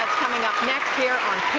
coming up next here on